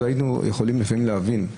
אלקטורלי עוד היינו יכולים לפעמים להבין.